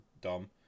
dumb